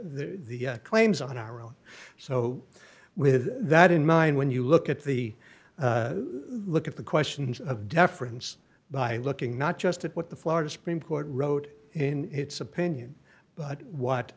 the claims on our own so with that in mind when you look at the look at the questions of deference by looking not just at what the florida supreme court wrote in its opinion but what